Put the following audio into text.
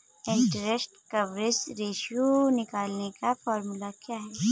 Interest coverage ratio निकालने का formula क्या है?